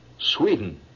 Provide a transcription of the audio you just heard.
Sweden